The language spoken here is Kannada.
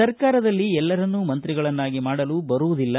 ಸರ್ಕಾರದಲ್ಲಿ ಎಲ್ಲರನ್ನೂ ಮಂತ್ರಿಗಳನ್ನಾಗಿ ಮಾಡಲು ಬರುವದಿಲ್ಲ